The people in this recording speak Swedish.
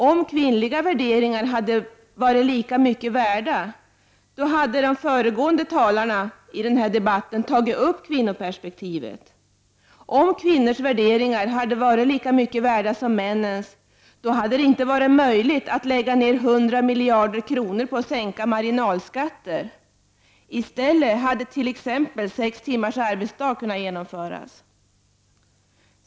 Om kvinnors värderingar hade varit lika mycket värda, hade de föregående talarna i debatten tagit upp kvinnoperspektivet. Om kvinnors värderingar hade varit lika mycket värda som männens hade det inte varit möjligt att lägga ner hundra miljarder kronor på att sänka marginalskatter. I stället hade t.ex. sex timmars arbetsdag kunnat genomföras.